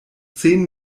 zehn